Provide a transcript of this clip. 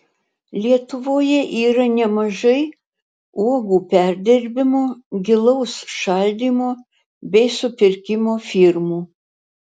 lietuvoje yra nemažai uogų perdirbimo gilaus šaldymo bei supirkimo firmų